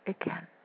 again